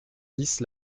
dix